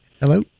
Hello